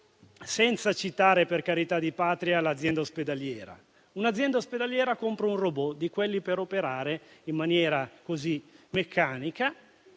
senza citare, per carità di patria, l'azienda ospedaliera. Un'azienda ospedaliera compra un robot di quelli per operare in maniera meccanica,